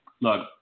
Look